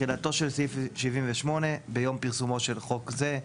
תחילתו של סעיף 78 ביום פרסומו של חוק זה.